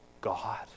God